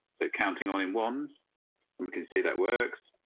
so counting all in ones, and we can see that works.